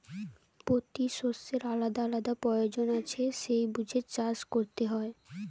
পোতি শষ্যের আলাদা আলাদা পয়োজন আছে সেই বুঝে চাষ কোরতে হয়